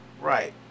Right